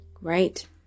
right